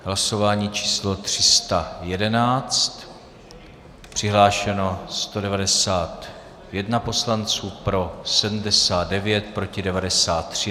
Hlasování číslo 311, přihlášeno 191 poslanců, pro 79, proti 93.